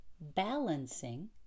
balancing